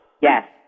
Yes